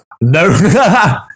No